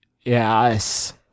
yes